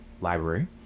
library